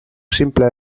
simple